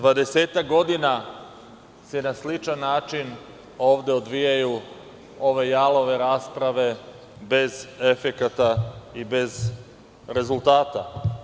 Dvadesetak godina se na sličan način ovde odvijaju ove jalove rasprave bez efekata i bez rezultata.